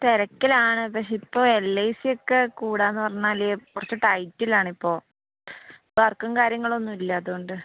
തിരക്കിലാണ് പക്ഷേ ഇപ്പോൾ എല് ഐ സിയൊക്കെ കൂടുകയെന്ന് പറഞ്ഞാൽ കുറച്ച് ടൈറ്റിലാണ് ഇപ്പോൾ വര്ക്കും കാര്യങ്ങളൊന്നും ഇല്ല അതുകൊണ്ട്